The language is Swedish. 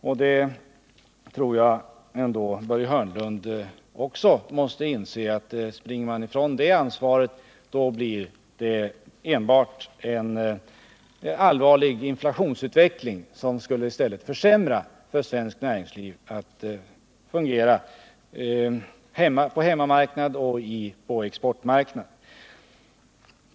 Jag tror ändå att också Börje Hörnlund måste inse att skulle man springa ifrån det ansvaret, skulle det bli en inflationsutveckling, som skulle allvarligt försämra möjligheterna för svenskt näringsliv att fungera på hemmamarknad och på exportmarknad.